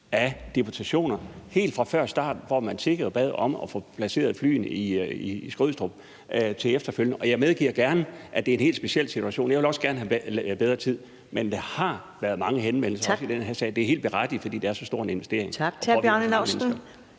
af deputationer helt fra før starten, hvor man tiggede og bad om at få placeret flyene i Skrydstrup. Og jeg medgiver gerne, at det er en helt speciel situation; jeg ville også gerne have haft bedre tid. Men der har været mange henvendelser også i den her sag. Det er helt berettiget, fordi det er så stor en investering. Kl. 13:46 Første